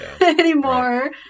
anymore